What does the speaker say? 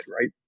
right